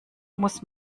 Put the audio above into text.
muss